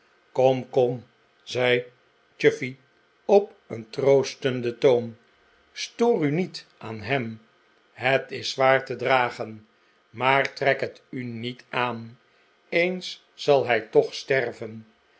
kom kom zei chuffey op een troostenden toon stoor u niet aan hem het is zwaar te dragen maar trek het u niet aan eens zal hij toch sterven